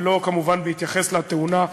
ולא כמובן בהתייחס לתאונה.